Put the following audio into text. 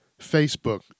Facebook